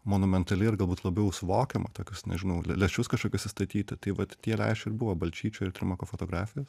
monumentali ir galbūt labiau suvokiama tokios nežinau lęšius kažkokius įstatyti tai vat tie lęšiai ir buvo balčyčio ir trimako fotografijos